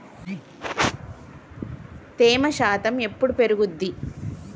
తేమ శాతం ఎప్పుడు పెరుగుద్ది?